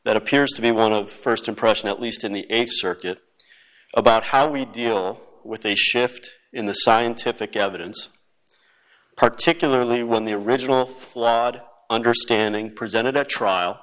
that appears to be one of st impression at least in the th circuit about how we deal with a shift in the scientific evidence particularly when the original flod understanding presented at trial